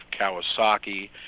Kawasaki